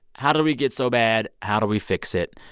how did we get so bad? how do we fix it?